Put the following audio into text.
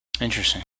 interesting